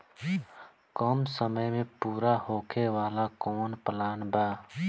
कम समय में पूरा होखे वाला कवन प्लान बा?